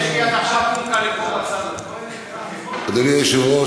עד עכשיו --- אדוני היושב-ראש,